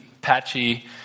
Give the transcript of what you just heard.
patchy